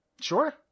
Sure